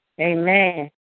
Amen